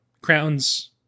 crowns